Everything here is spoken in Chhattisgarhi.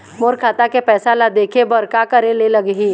मोर खाता के पैसा ला देखे बर का करे ले लागही?